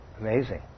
Amazing